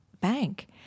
bank